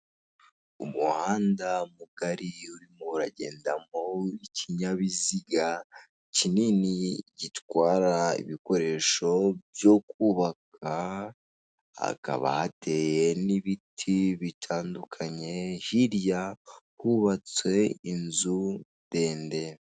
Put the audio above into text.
Umuhanda mugari urimo uragendamo ikinyabiziga gitwara ibikoresho byo kubaka hakaba hateye n'ibiti bitandukanye hirya hubatse inzu ndende.